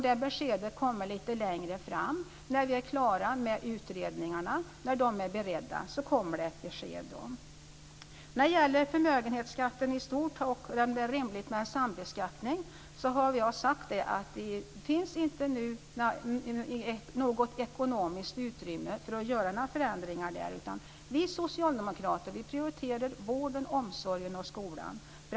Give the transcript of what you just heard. Det beskedet kommer lite längre fram, när vi är klara med utredningarna och när de är beredda. Då kommer det ett besked. När det gäller förmögenhetsskatten i stort och om det är rimligt med en sambeskattning har jag sagt att det nu inte finns något ekonomiskt utrymme för att göra några förändringar. Vi socialdemokrater prioriterar vården, omsorgen och skolan.